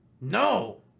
No